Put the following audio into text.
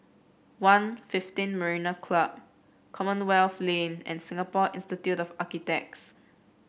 One Fifteen Marina Club Commonwealth Lane and Singapore Institute of Architects